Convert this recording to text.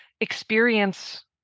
experience